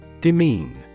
Demean